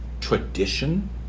tradition